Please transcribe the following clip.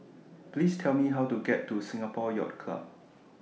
Please Tell Me How to get to Singapore Yacht Club